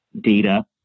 data